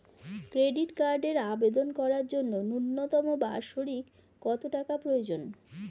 Credit কার্ডের আবেদন করার জন্য ন্যূনতম বার্ষিক কত টাকা প্রয়োজন?